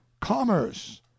commerce